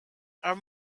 are